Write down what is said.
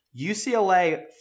UCLA